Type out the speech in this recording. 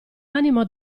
animo